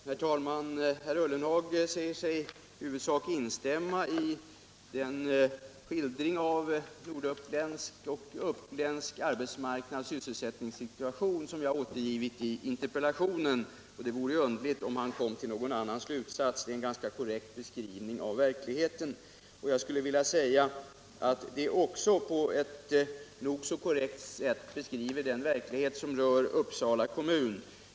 Herr talman! Herr Ullenhag säger sig i huvudsak instämma i den skildring av uppländsk arbetsmarknads och sysselsättningssituation som jag har givit i interpellationen, och det hade varit underligt om han kommit till en annan slutsats — det är en korrekt beskrivning av verkligheten jag gjort. Och jag skulle vilja säga att den på ett nog så korrekt sätt beskriver även den verklighet som rör Uppsala kommun.